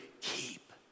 keep